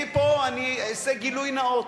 פה אני אעשה גילוי נאות.